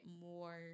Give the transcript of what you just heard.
more